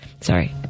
Sorry